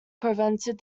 prevented